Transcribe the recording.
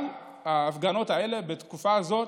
אבל ההפגנות האלה, בתקופה הזאת,